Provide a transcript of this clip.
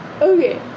Okay